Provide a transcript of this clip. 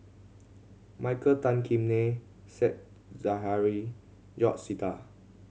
Michael Tan Kim Nei Said Zahari George Sita